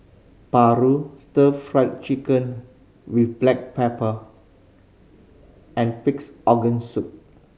paru Stir Fried Chicken with black pepper and Pig's Organ Soup